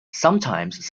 sometimes